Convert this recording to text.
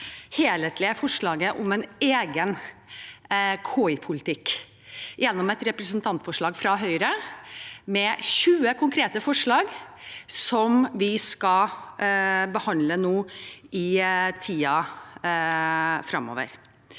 helhetlige forslaget om en egen KI-politikk gjennom et representantforslag fra Høyre, med 20 konkrete forslag som vi skal behandle i tiden fremover.